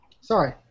Sorry